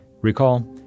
Recall